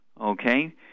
okay